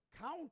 count